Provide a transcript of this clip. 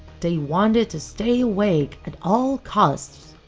they wanted to stay awake at all costs.